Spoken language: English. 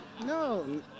No